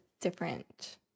different